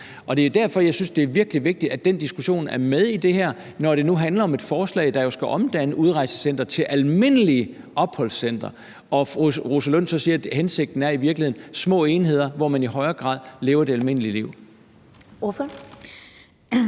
Det er derfor, jeg synes, det er virkelig vigtigt, at den diskussion er med i det her, når det nu handler om et forslag, der jo skal omdanne udrejsecentre til almindelige opholdscentre. Fru Rosa Lund siger så, at hensigten i virkeligheden er at have små enheder, hvor man i højere grad lever det almindelige liv. Kl.